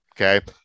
Okay